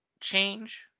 change